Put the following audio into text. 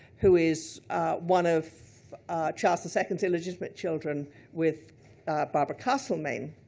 who is one of charles the second's illegitimate children with barbara castlemaine.